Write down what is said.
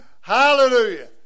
Hallelujah